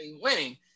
winning